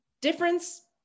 difference